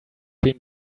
been